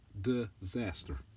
disaster